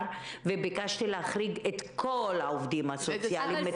וביקשתי להחריג את כל העובדים הסוציאליים.